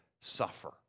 suffer